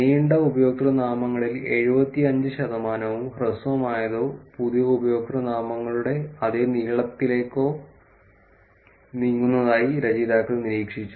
നീണ്ട ഉപയോക്തൃനാമങ്ങളിൽ 75 ശതമാനവും ഹ്രസ്വമായതോ പുതിയ ഉപയോക്തൃനാമങ്ങളുടെ അതേ നീളത്തിലേക്കോ നീങ്ങുന്നതായി രചയിതാക്കൾ നിരീക്ഷിച്ചു